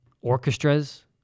orchestras